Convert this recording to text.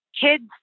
kids